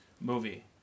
movie